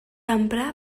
emprar